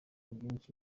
byinshi